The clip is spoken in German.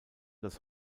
das